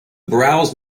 browse